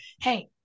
hey